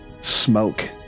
smoke